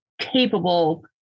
capable